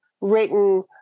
written